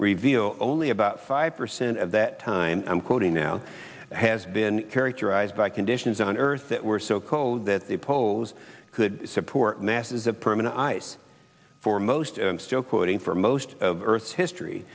reveal only about five percent of that time i'm quoting now has been characterized by conditions on earth that were so cold that the poles could support masses of permanent ice for most of them still quoting for most of the earth's history